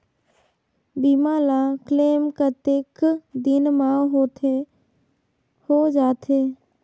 बीमा ला क्लेम कतेक दिन मां हों जाथे?